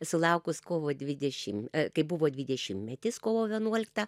sulaukus kovo dvidešim kai buvo dvidešimtmetis kovo vienuoliktą